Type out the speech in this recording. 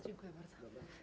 Dziękuję bardzo.